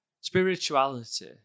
spirituality